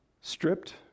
stripped